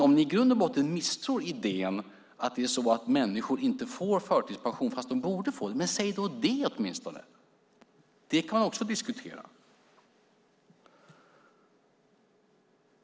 Om ni i grund och botten misstror idén och att människor inte får förtidspension fast de borde få det, säg då det åtminstone. Det kan man också diskutera.